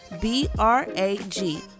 B-R-A-G